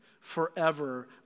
forever